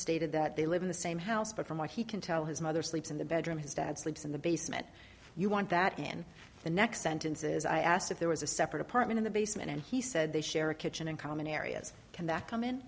stated that they live in the same house but from what he can tell his mother sleeps in the bedroom his dad sleeps in the basement you want that in the next sentences i asked if there was a separate apartment in the basement and he said they share a kitchen and common areas can that come in